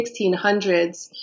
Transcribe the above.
1600s